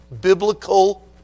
biblical